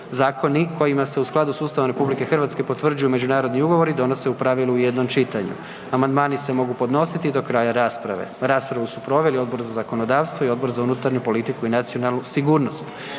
zakoni kojima se u skladu s Ustavom RH potvrđuju međunarodni ugovori donose u pravili u jednom čitanju. Amandmani se mogu podnositi do kraja rasprave. Raspravu su proveli Odbor za zakonodavstvo i Odbor za unutarnju politiku i nacionalnu sigurnost.